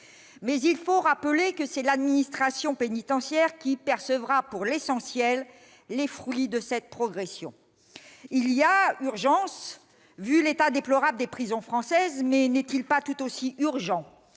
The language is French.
faut pourtant rappeler que c'est l'administration pénitentiaire qui percevra, pour l'essentiel, les fruits de cette progression. Certes, il y a urgence, au vu de l'état déplorable des prisons françaises, mais n'est-il pas tout aussi urgent